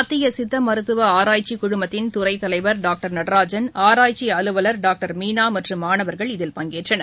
மத்திய சித்த மருத்துவ ஆராய்ச்சி குழுமத்தின் துறைத் தலைவர் டாக்டர் நடராஜன் ஆராய்ச்சி அலுவலர் டாக்டர் மீனா மற்றும் மாணவர்கள் இதில் பங்கேற்றனர்